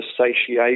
satiation